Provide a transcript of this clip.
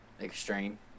extreme